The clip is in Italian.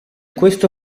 questo